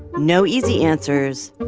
no easy answers,